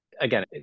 Again